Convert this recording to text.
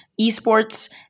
esports